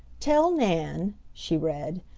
tell nan she read,